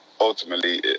ultimately